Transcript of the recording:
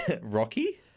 Rocky